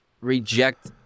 reject